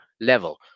level